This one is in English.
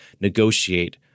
negotiate